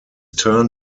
turn